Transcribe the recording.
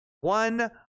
One